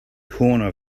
corner